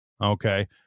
Okay